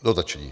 Dotační.